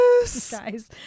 Guys